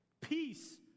Peace